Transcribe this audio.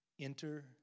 Enter